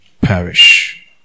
perish